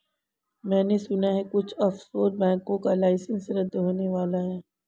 मैने सुना है कुछ ऑफशोर बैंकों का लाइसेंस रद्द होने वाला है